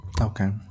okay